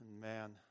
man